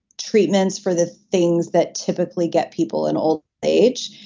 treatments for the things that typically get people in old age,